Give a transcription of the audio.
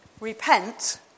Repent